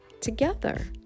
together